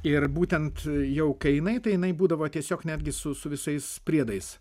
ir būtent jau kai jinai tai jinai būdavo tiesiog netgi su su visais priedais